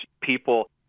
people